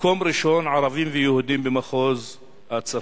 מקום ראשון ערבים ויהודים במחוז הצפון.